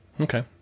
okay